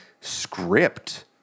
script